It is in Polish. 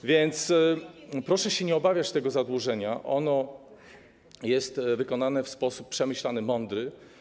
A więc proszę się nie obawiać tego zadłużenia, ono jest wykonane w sposób przemyślany, mądry.